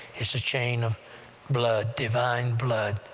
it's a chain of blood, divine blood,